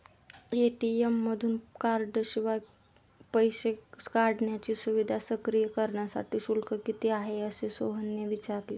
ATM मधून कार्डशिवाय पैसे काढण्याची सुविधा सक्रिय करण्यासाठी शुल्क किती आहे, असे सोहनने विचारले